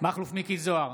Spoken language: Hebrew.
מכלוף מיקי זוהר,